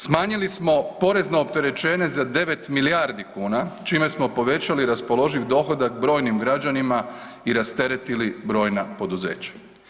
Smanjili smo porezno opterećenje za 9 milijardi kuna čime smo povećali raspoloživ dohodak brojnim građanima i rasteretili brojna poduzeća.